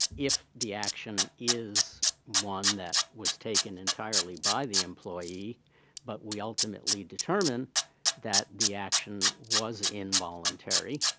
if the action is one that was taken entirely by the employee but we ultimately determine that the action was involuntary,